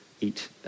eat